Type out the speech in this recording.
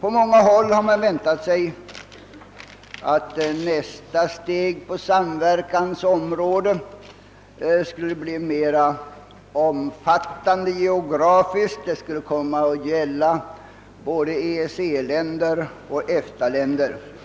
På många håll har man väntat sig att nästa steg på samverkans område skulle bli geografiskt mera omfattande. Det skulle då komma att gälla både EEC länder och EFTA-länder.